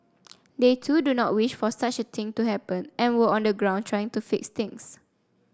they too do not wish for such a thing to happen and were on the ground trying to fix things